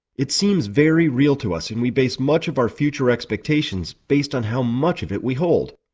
it seems very real to us and we base much of our future expectations based on how much if it we hold.